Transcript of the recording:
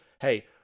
hey